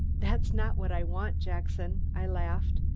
that's not what i want, jackson, i laughed.